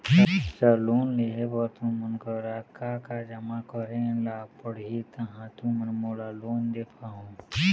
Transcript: Sir loan लेहे बर तुमन करा का का जमा करें ला पड़ही तहाँ तुमन मोला लोन दे पाहुं?